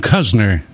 Kuzner